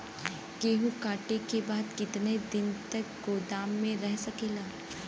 गेहूँ कांटे के बाद कितना दिन तक गोदाम में रह सकेला?